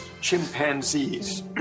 chimpanzees